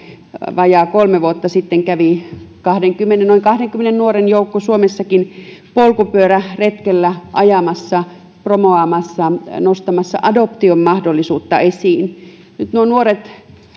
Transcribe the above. vajaa kolme vuotta sitten kävi noin kahdenkymmenen nuoren joukko suomessakin polkupyöräretkellä ajamassa promoamassa nostamassa adoption mahdollisuutta esiin nyt nuo nuoret